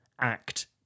act